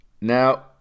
Now